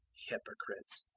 hypocrites,